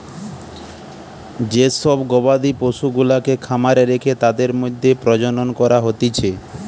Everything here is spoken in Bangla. যে সব গবাদি পশুগুলাকে খামারে রেখে তাদের মধ্যে প্রজনন করা হতিছে